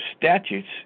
statutes